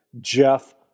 Jeff